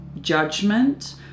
judgment